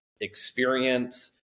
experience